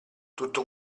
tutto